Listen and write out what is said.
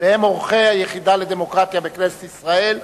והם אורחי היחידה לדמוקרטיה בכנסת ישראל.